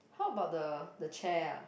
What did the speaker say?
how about the the chair ah